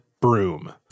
broom